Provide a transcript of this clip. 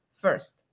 first